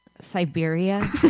Siberia